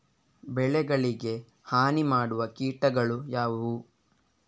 ಬೆಳೆಗಳಿಗೆ ಹಾನಿ ಮಾಡುವ ಕೀಟಗಳು ಯಾವುವು?